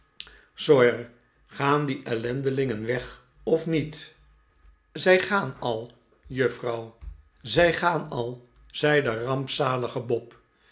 sawyer gaan die ellendelingen weg of niet zij gaan al juffrouw zij gaan al zei de rampzalige bob